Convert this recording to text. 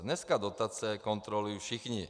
Dneska dotace kontrolují všichni.